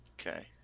Okay